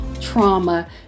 trauma